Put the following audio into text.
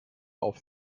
auf